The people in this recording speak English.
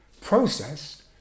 processed